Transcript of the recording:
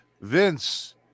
Vince